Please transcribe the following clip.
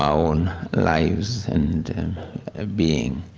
own lives and and being.